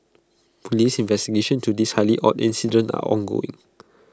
Police investigations to this highly odd incident are ongoing